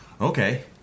Okay